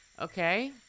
okay